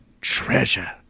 treasure